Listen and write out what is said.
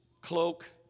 cloak